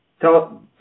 Tell